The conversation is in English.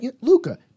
luca